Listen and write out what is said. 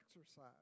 exercise